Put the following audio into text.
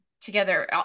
together